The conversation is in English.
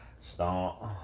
start